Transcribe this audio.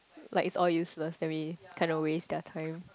like it's all useless then we kind of waste their time